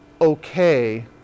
okay